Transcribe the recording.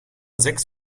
sechs